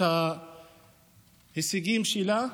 את ההישגים שלה,